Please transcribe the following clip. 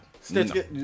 Stitch